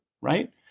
Right